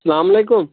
السلام علیکُم